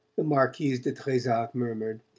the marquise de trezac murmured,